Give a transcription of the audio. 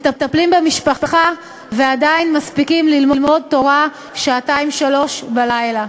מטפלים במשפחה ועדיין מספיקים ללמוד תורה שעתיים שלוש בלילה.